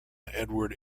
edward